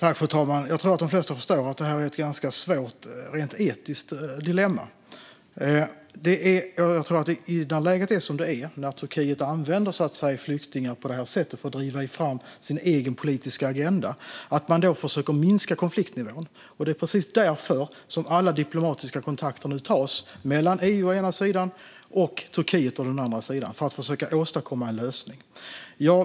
Fru talman! Jag tror att de flesta förstår att detta är ett ganska svårt dilemma rent etiskt. När läget är som det är, när Turkiet på det här sättet använder flyktingar för att driva fram sin egen politiska agenda, försöker man minska konfliktnivån. Det är precis därför alla diplomatiska kontakter nu tas mellan å ena sidan EU och å andra sidan Turkiet för att försöka åstadkomma en lösning.